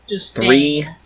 three